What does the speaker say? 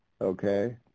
Okay